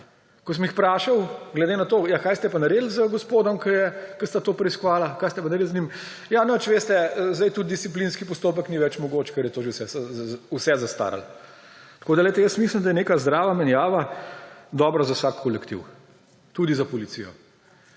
Ko sem jih vprašal glede na to – Kaj ste pa naredili z gospodoma, ki sta to preiskovala, kaj ste pa naredili z njima? Ja, nič, veste, zdaj tudi disciplinski postopek ni več mogoč, ker je to že vse zastaralo. Mislim, da je neka zdrava menjava dobra za vsak kolektiv, tudi za policijo.